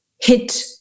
hit